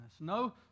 No